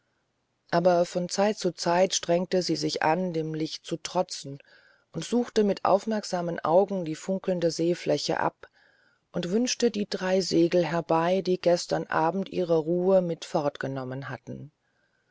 aber von zeit zu zeit strengte sie sich an dem licht zu trotzen und suchte mit aufmerksamen augen die funkelnde seefläche ab und wünschte die drei segel herbei die gestern abend ihre ruhe mit fortgenommen hatten